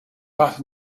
but